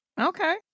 Okay